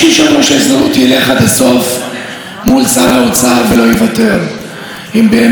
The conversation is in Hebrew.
אם באמת תהיה שביתה במשק כסולידריות עם עובדי הבנייה,